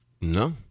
No